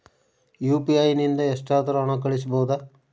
UPI ನಿಂದ ಎಷ್ಟಾದರೂ ಹಣ ಕಳಿಸಬಹುದಾ?